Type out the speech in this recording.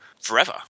forever